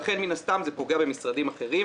לכן מן הסתם זה פוגע במשרדים אחרים.